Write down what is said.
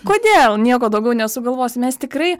kodėl nieko daugiau nesugalvosi mes tikrai